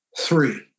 three